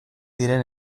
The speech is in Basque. diren